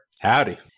Howdy